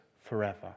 forever